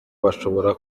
bashobora